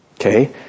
okay